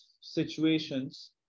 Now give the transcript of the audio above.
situations